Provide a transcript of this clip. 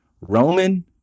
roman